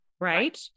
Right